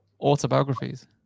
autobiographies